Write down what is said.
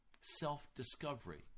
self-discovery